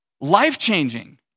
life-changing